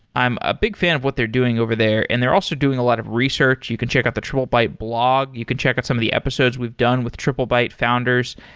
i'm a big fan of what they're doing over there and they're also doing a lot of research. you can check out the triplebyte blog. you can check out some of the episodes we've done with triplebyte founders.